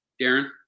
Darren